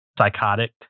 psychotic